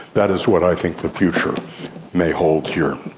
that is what i think the future may hold here.